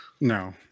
No